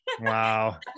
wow